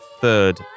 third